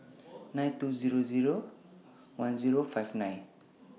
nine two Zero Zero one Zero five nine